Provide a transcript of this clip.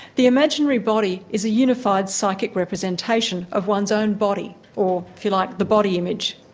the imaginary body is a unified psychic representation of one's own body, or if you like, the body image.